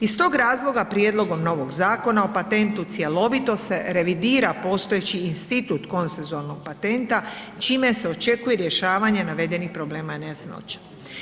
Iz tog razloga prijedlogom novog Zakona o patentu, cjelovito se revidira postojeći institut konsensualnog patenta čime se očekuje rješavanje navedenih problema i nejasnoća.